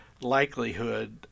likelihood